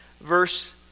verse